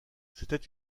c’était